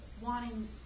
wanting